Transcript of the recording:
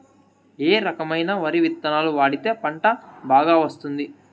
ఏ రకమైన వరి విత్తనాలు వాడితే పంట బాగా వస్తుంది?